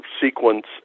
sequence